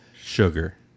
sugar